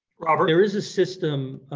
but there is a system